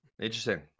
Interesting